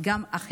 זה גם אחרים.